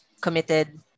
committed